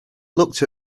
looked